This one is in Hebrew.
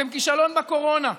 אתם כישלון בקורונה.